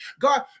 God